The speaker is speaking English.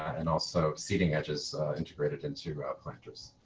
and also seating edges integrated into our planters.